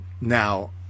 Now